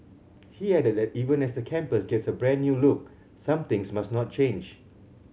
he added that even as the campus gets a brand new look some things must not change